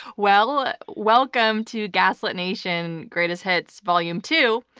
well, welcome to gaslit nation greatest hits, volume two.